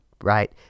right